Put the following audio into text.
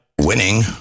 Winning